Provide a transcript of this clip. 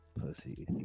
pussy